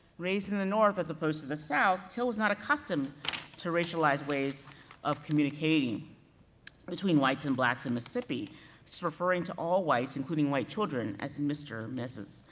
raised in the north as opposed to the south, till was not accustomed to racialized ways of communicating between whites and blacks in mississippi. this is referring to all whites, including white children, as mister or mrs,